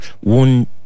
one